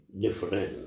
different